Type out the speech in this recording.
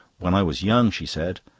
when i was young, she said,